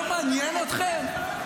לא מעניין אתכם?